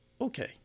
okay